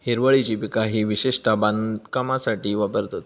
हिरवळीची पिका ही विशेषता बांधकामासाठी वापरतत